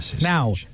Now